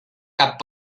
cap